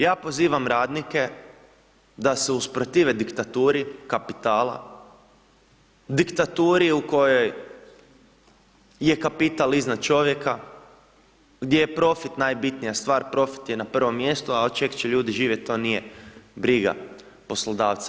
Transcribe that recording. Ja pozivam radnike, da se usprotive diktaturi kapitala, diktaturi u kojoj je kapital iznad čovjeka, gdje je profit najbitnija stvar, profit je na prvim mjestu, a od čega će ljudi živjeti, to nije briga poslodavca.